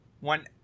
One